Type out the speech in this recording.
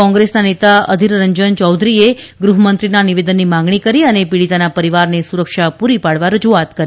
કોંગ્રેસના નેતા અધિરરંજન ચૌધરીએ ગૃહમંત્રીના નિવેદનની માગણી કરી અને પીડીતાના પરિવારને સુરક્ષા પૂરી પાડવા રજૂઆત કરી